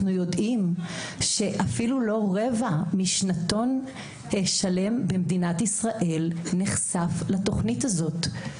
יודעים שאפילו לא רבע משנתון שלם במדינת ישראל נחשף לתוכנית הזאת.